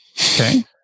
Okay